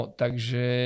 takže